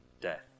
death